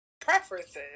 preferences